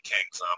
Kings